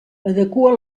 adequa